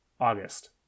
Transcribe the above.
August